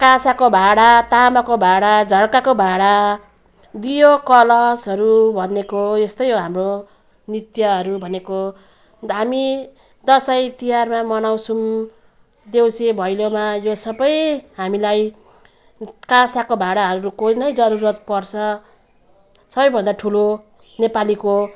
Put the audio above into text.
काँसाको भाँडा तामाको भाँडा झर्काको भाँडा दीयो कलशहरू भनेको यस्तै हो हाम्रो नृत्यहरू भनेको हामी दसैँ तिहार मनाउँछौँ देउसी भैलोमा यो सबै हामीलाई काँसाको भाँडाहरूको नै जरुरत पर्छ सबभन्दा ठुलो नेपालीको